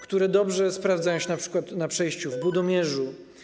które dobrze sprawdzają się np. na przejściu w Budomierzu.